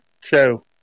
show